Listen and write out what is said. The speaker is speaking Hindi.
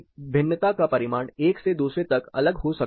भिन्नता का परिमाण एक से दूसरे तक अलग हो सकता है